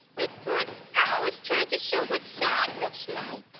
big bird, elmo was trying to show what sad looks like.